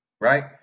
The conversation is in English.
right